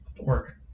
work